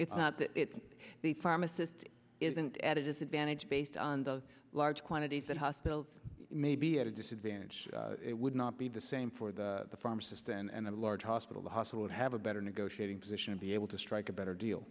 it's not that it's the pharmacist isn't at a disadvantage based on the large quantities that hospitals may be at a disadvantage it would not be the same for the pharmacist and a large hospital the hospital to have a better negotiating position and be able to strike a better deal